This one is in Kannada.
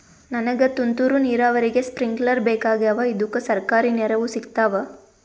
ನನಗ ತುಂತೂರು ನೀರಾವರಿಗೆ ಸ್ಪಿಂಕ್ಲರ ಬೇಕಾಗ್ಯಾವ ಇದುಕ ಸರ್ಕಾರಿ ನೆರವು ಸಿಗತ್ತಾವ?